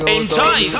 Enjoy